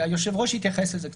והיושב-ראש התייחס לזה קצת.